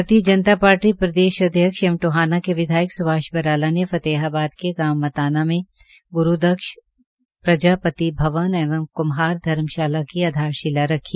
भारतीय जनता पार्टी के प्रदेशाध्यक्ष एवं टोहाना के विधायक सुभाष बराला ने फतेहाबाद के गांव मताना में गुरूदक्ष प्रजापति भवन एवं कुम्हार धर्मशाला की आधारशिला रखी